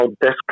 desk